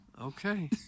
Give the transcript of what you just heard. Okay